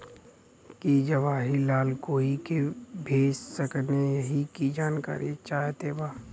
की जवाहिर लाल कोई के भेज सकने यही की जानकारी चाहते बा?